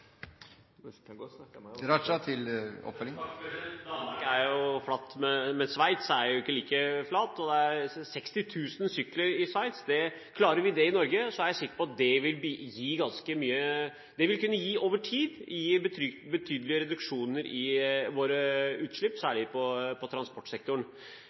snakke mer …? Danmark er flatt, men Sveits er jo ikke like flatt, og det er 60 000 sykler i Sveits. Klarer vi det i Norge, er jeg sikker på at det over tid vil kunne gi betydelige reduksjoner i våre utslipp, særlig i transportsektoren. Jeg vil gjerne følge opp med at i